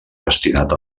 destinat